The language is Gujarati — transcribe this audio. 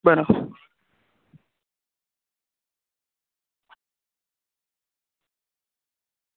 બરા